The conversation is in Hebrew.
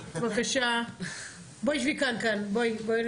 את חייבת